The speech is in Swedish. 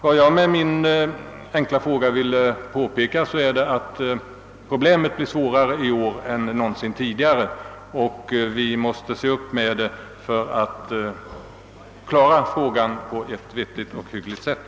Vad jag med min enkla fråga velat påpeka är att problemen i år är större än någonsin och att vi måste vidtaga åtgärder för att klara frågan på ett vettigt och hyggligt sätt.